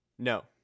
No